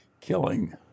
killing